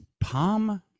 palm